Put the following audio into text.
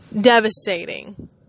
devastating